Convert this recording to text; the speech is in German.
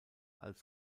als